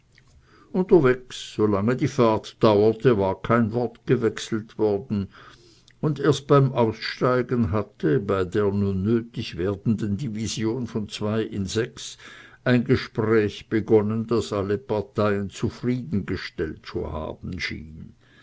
unterwegs solange die fahrt dauerte war kein wort gewechselt worden und erst beim aussteigen hatte bei der nun nötig werdenden division von zwei in ein gespräch begonnen das alle parteien zufriedengestellt zu haben schien